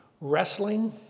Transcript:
wrestling